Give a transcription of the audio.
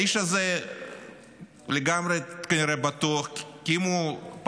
האיש הזה כנראה לגמרי בטוח כי אם הוא פעם